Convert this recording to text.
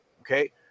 Okay